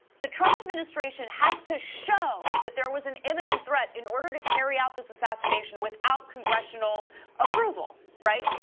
the trump administration has to show that there was an imminent threat in order to carry out this assassination without congressional approval, right?